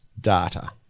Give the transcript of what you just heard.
data